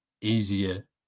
easier